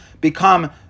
become